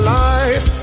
life